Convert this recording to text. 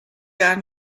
gar